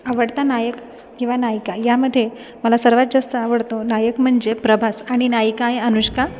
आवडता नायक किंवा नायिका यामध्ये मला सर्वात जास्त आवडतो नायक म्हणजे प्रभास आणि नायिका आहे अनुष्का